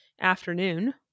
afternoon